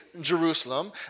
Jerusalem